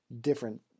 different